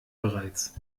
bereits